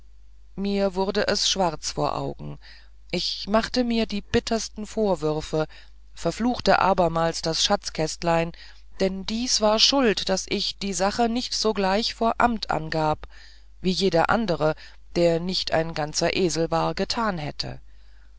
mir wurde es schwarz vor den augen ich machte mir die bittersten vorwürfe verfluchte abermals das schatzkästlein denn dies war schuld daß ich die sache nicht sogleich vor amt angab wie jeder andere der nicht ein ganzer esel war getan hätte